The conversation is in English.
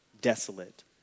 desolate